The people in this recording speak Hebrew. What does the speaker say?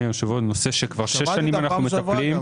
שמענו פעם שעברה.